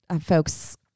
folks